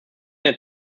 der